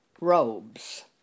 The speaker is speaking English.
robes